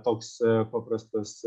toks paprastas